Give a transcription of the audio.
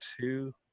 two